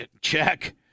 check